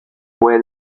fue